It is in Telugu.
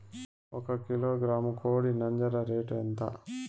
ఒక కిలోగ్రాము కోడి నంజర రేటు ఎంత?